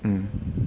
mm